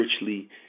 richly